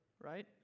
right